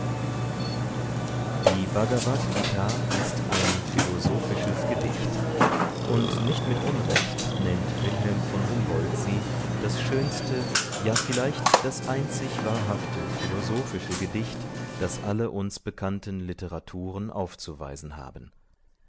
die bhagavadgt ist ein philosophisches gedicht und nicht mit unrecht nennt wilhelm von humboldt sie das schönste ja vielleicht das einzig wahrhafte philosophische gedicht das alle uns bekannten literaturen aufzuweisen haben